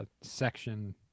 section